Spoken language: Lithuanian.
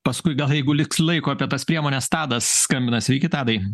paskui jeigu liks laiko apie tas priemones tadas skambina sveiki tadai